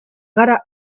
gara